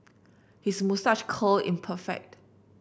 his moustache curl in perfect